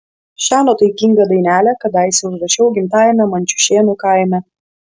šią nuotaikingą dainelę kadaise užrašiau gimtajame mančiušėnų kaime